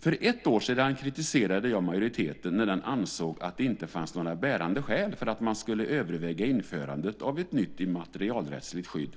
För ett år sedan kritiserade jag majoriteten när den ansåg att det inte fanns några bärande skäl för att man skulle överväga införandet av ett nytt immaterialrättsligt skydd.